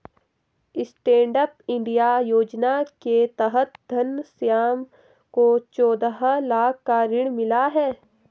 stand up India योजना के तहत घनश्याम को चौदह लाख का ऋण मिला है